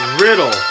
Riddle